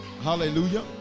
Hallelujah